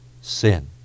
sin